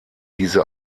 diese